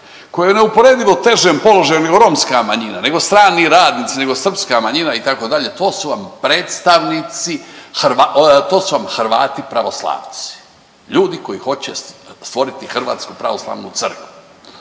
koja je u neuporedivo težem položaju nego romska manjina, nego strani radnici, nego srpska manjina, itd., to su vam predstavnici .../nerazumljivo/... to su vam Hrvati pravoslavci. Ljudi koji hoće stvoriti hrvatsku pravoslavnu crkvu.